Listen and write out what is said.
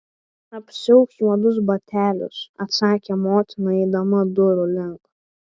apsiauk juodus batelius atsakė motina eidama durų link